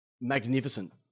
magnificent